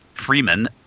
Freeman